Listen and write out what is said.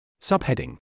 Subheading